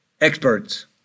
experts